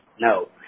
no